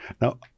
Now